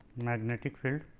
magnetic field